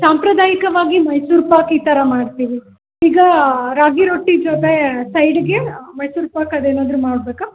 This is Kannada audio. ಸಾಂಪ್ರದಾಯಿಕವಾಗಿ ಮೈಸೂರುಪಾಕು ಈ ಥರ ಮಾಡ್ತೀವಿ ಈಗ ರಾಗಿ ರೊಟ್ಟಿ ಜೊತೆ ಸೈಡಿಗೆ ಮೈಸೂರುಪಾಕು ಅದೇನಾದರೂ ಮಾಡಬೇಕಾ